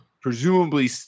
presumably